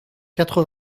quatre